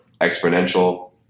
exponential